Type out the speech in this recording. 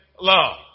love